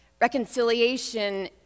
Reconciliation